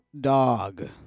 Dog